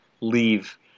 leave